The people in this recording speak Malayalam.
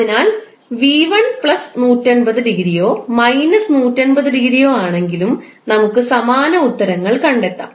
അതിനാൽ 𝑣1 പ്ലസ് 180 ഡിഗ്രിയോ മൈനസ് 180 ഡിഗ്രിയോ ആണെങ്കിലും നമുക്ക് സമാന ഉത്തരങ്ങൾ കണ്ടെത്താം